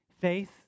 faith